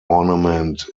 ornament